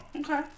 okay